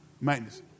maintenance